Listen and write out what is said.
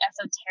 esoteric